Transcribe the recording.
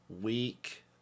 week